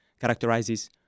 characterizes